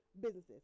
businesses